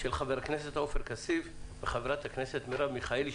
של חבר הכנסת עופר כסיף וחברת הכנסת מרב מיכאלי.